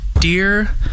Dear